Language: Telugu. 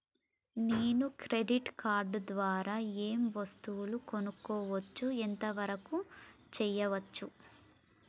నేను క్రెడిట్ కార్డ్ ద్వారా ఏం వస్తువులు కొనుక్కోవచ్చు ఎంత వరకు చేయవచ్చు?